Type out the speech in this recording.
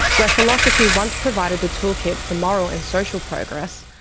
where philosophy once provided the toolkit for moral and social progress,